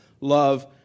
Love